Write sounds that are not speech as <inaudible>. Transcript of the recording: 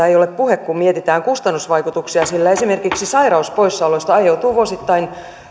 <unintelligible> ei ole puhe kun mietitään kustannusvaikutuksia sillä esimerkiksi sairauspoissaoloista aiheutuu vuosittain